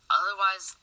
otherwise